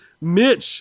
Mitch